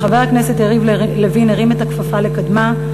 וחבר הכנסת יריב לוין הרים את הכפפה לקדמה.